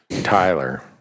Tyler